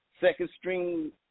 second-string